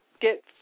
get